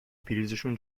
پریزشون